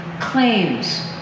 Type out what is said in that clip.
claims